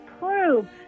prove